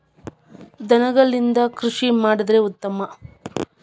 ದನಗಳಿಂದ ಕೃಷಿ ಮಾಡಿದ್ರೆ ಉತ್ತಮ